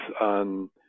on